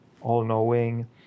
all-knowing